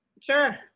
Sure